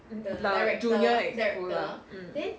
junior EXCO lah mm